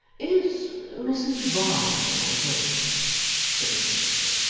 is mrs varden at home said mr chester.